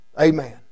Amen